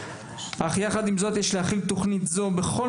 אך יחד עם זאת יש להכין תוכנית זאת בכל